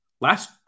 last